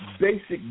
basic